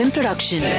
Production